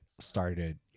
started